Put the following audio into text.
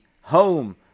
home